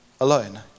alone